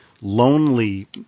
lonely